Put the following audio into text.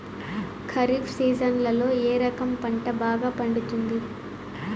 ఖరీఫ్ సీజన్లలో ఏ రకం పంట బాగా పండుతుంది